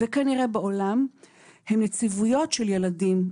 וכנראה בעולם הן נציבויות של ילדים,